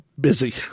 busy